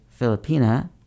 Filipina